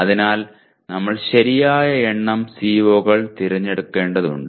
അതിനാൽ നമ്മൾ ശരിയായ എണ്ണം COs തിരഞ്ഞെടുക്കേണ്ടതുണ്ട്